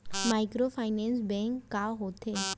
Microfinance bank का होथे?